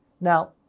Now